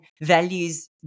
values